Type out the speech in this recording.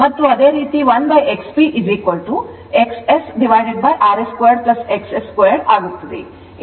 ಮತ್ತು ಅದೇ ರೀತಿ 1XPXSrs 2 XS 2 ಆಗುತ್ತದೆ